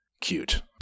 cute